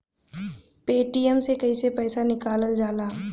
Paytm से कैसे पैसा निकलल जाला?